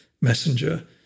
Messenger